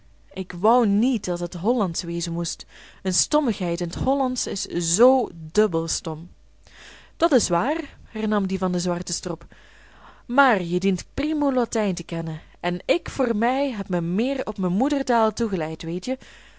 ik wou niet dat het hollandsch wezen moest een stommigheid in t hollandsch is zoo dubbel stom dat is waar hernam die van den zwarten strop maar je dient primo latijn te kennen en ik voor mij heb me meer op me moedertaal toegeleid weetje